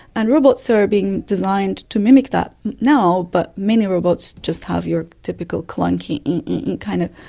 and robots are being designed to mimic that now, but many robots just have your typical clunky kind of,